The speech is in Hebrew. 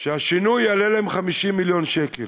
שהשינוי יעלה להם 50 מיליון שקלים.